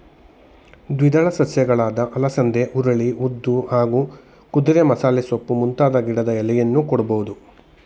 ದ್ವಿದಳ ಸಸ್ಯಗಳಾದ ಅಲಸಂದೆ ಹುರುಳಿ ಉದ್ದು ಹಾಗೂ ಕುದುರೆಮಸಾಲೆಸೊಪ್ಪು ಮುಂತಾದ ಗಿಡದ ಎಲೆಯನ್ನೂ ಕೊಡ್ಬೋದು